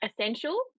essential